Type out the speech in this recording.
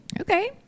Okay